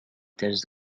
telles